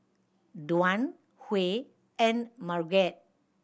Dwan Huy and Margrett